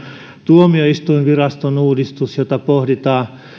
tuomioistuinviraston uudistus jota pohditaan